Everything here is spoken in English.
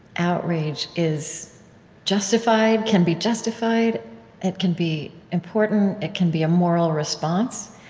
outrage is justified, can be justified it can be important it can be a moral response.